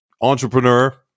entrepreneur